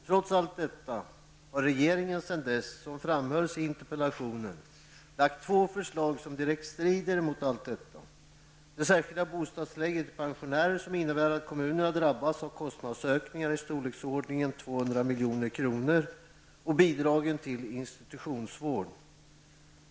Trots allt detta har regeringen sedan dess, som framhölls i interpellationen, lagt fram två förslag som direkt strider mot allt detta: det om det särskilda bostadstillägget till pensionärer, som innebär att kommunerna drabbas av kostnadsökningar i storleksordningen 200 milj.kr., och det om bidragen till institutionsvård.